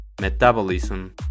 metabolism